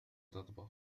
تطبخ